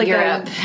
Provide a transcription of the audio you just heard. Europe